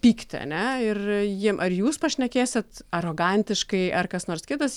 pykti ane ir jiem ar jūs pašnekėsit arogantiškai ar kas nors kitas